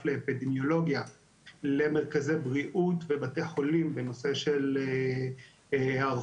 לאפידמיולוגיה למרכזי בריאות ובתי חולים בנושא של היערכות